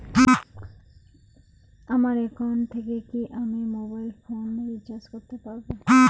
আমার একাউন্ট থেকে কি আমি মোবাইল ফোন রিসার্চ করতে পারবো?